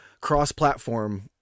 cross-platform